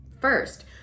first